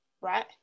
Right